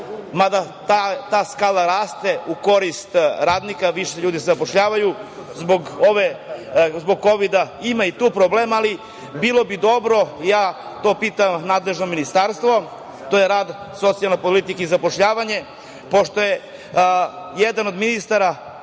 mada ta skala raste u korist radnika, više ljudi se zapošljava zbog Kovida, ima i tu problema, ali bilo bi dobro, i ja to pitam nadležno ministarstvo to je Ministarstvo za rad, socijalna pitanja i zapošljavanje. Pošto je jedan od ministara